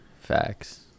Facts